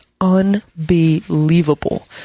unbelievable